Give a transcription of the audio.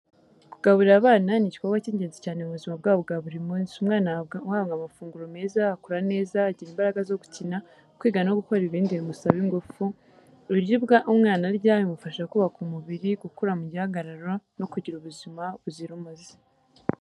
Kugaburira abana ni igikorwa cy’ingenzi cyane mu buzima bwabo bwa buri munsi. Umwana uhabwa amafunguro meza akura neza, agira imbaraga zo gukina, kwiga no gukora ibindi bimusaba ingufu. Ibiryo umwana arya bimufasha kubaka umubiri, gukura mu gihagararo no kugira ubuzima buzira umuze.